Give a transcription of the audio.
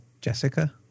Jessica